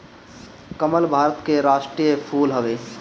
कमल भारत के राष्ट्रीय फूल हवे